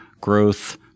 growth